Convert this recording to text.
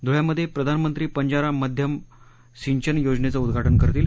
ध्वळ्यामध्ये प्रधानमंत्री पंजारा मध्यम सिंचन योजनेचं उद्घाटन करतील